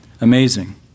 Amazing